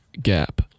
GAP